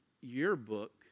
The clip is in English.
yearbook